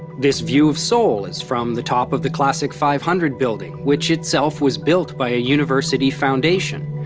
this view of seoul is from the top of the classic five hundred building which itself was built by a university foundation.